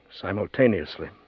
simultaneously